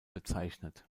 bezeichnet